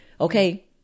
Okay